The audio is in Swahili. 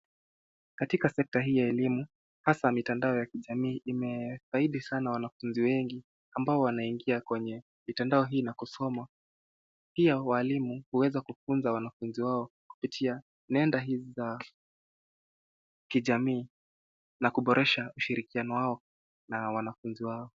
Katika sekta hii ya elimu, hasa mitandao ya kijamii ime faidi sana wanafunzi wengi ambao wanaingia kwenye mitandao hii nakusoma. Pia walimu huweza kufunza wanafunzi wao kupitia nenda hizi za kijamii na kuboresha ushirikiano wao na wanafunzi wao.